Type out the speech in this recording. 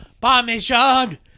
parmesan